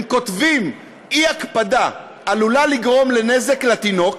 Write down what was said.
הם כותבים "אי-הקפדה עלולה לגרום לנזק לתינוק",